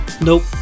Nope